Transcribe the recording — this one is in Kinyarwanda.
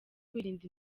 kwirinda